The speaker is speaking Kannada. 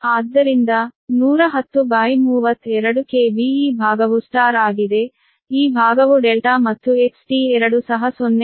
ಆದ್ದರಿಂದ 110 32 KV ಈ ಭಾಗವು Y ಆಗಿದೆ ಈ ಭಾಗವು ∆ ಮತ್ತು XT2 ಸಹ 0